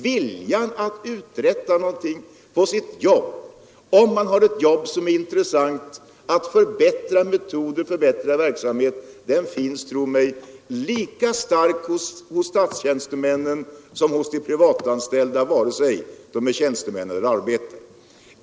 Vilja att uträtta någonting på sitt jobb, om man har ett jobb som är intressant, och att förbättra verksamhetsmetoderna finns, tro mig, lika stark hos statstjänstemän som hos de privatanställda, vare sig de är tjänstemän eller arbetare.